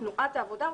בתנועת העבודה,